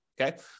okay